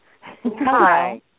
Hi